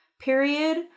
period